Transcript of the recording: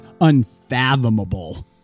unfathomable